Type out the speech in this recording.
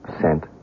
Sent